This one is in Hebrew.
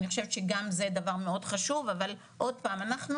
אני חושבת שגם זה דבר מאוד חשוב אבל עוד פעם,